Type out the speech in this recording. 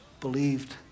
believed